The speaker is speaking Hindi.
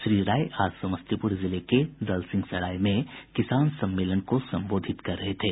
श्री राय आज समस्तीपुर जिले के दलसिंहसराय मे किसान सम्मेलन को संबोधित कर रहे थे